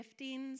giftings